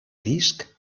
disc